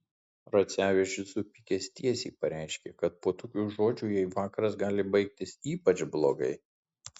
racevičius supykęs tiesiai pareiškė kad po tokių žodžių jai vakaras gali baigtis ypač blogai